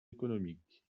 économiques